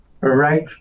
right